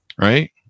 right